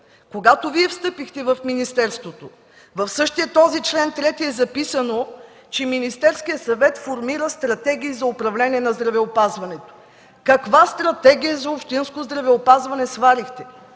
Когато Вие встъпихте в министерството в същия този чл. 3 е записано, че Министерският съвет формира стратегии за управление на здравеопазването, каква стратегия за общинско здравеопазване сварихте?